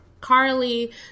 Carly